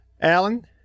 Alan